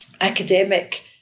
academic